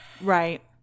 Right